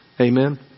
Amen